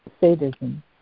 sadism